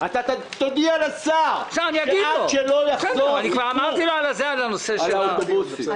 תודיע לשר שלא נצביע בעד כל עוד לא יחזור הסיפור של האוטובוסים.